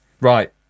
Right